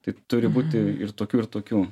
tai turi būti ir tokių ir tokių